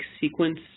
sequence